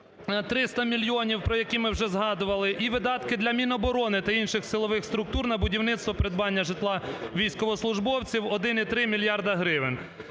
300 мільйонів, про які ми вже згадували, і видатки для Міноборони та інших силових структур на будівництво, придбання житла військовослужбовців – 1,3 мільярда гривень.